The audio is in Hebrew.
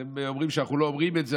אתם אומרים שאנחנו לא אומרים את זה,